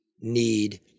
need